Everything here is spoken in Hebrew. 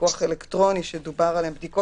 פיקוח אלקטרוני, בדיקות מהירות?